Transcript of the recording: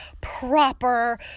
proper